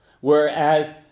Whereas